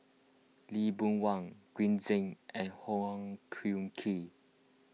Lee Boon Wang Green Zeng and Wong Hung Khim